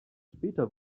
später